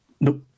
Nope